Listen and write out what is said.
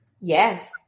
Yes